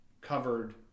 covered